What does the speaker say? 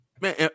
Man